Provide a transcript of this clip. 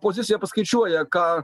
pozicija paskaičiuoja ką